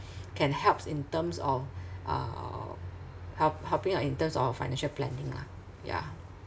can helps in terms of uh help helping out in terms of financial planning lah ya